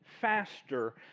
faster